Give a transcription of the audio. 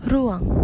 Ruang